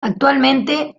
actualmente